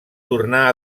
tornar